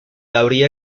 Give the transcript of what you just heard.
habría